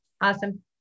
Awesome